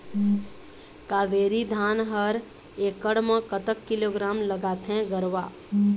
कावेरी धान हर एकड़ म कतक किलोग्राम लगाथें गरवा?